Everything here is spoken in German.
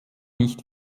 nicht